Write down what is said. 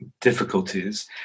difficulties